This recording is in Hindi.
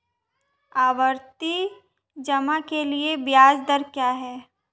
आवर्ती जमा के लिए ब्याज दर क्या है?